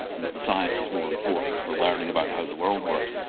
and that the science is more important for learning about how the world works,